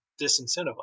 disincentivize